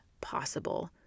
possible